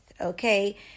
okay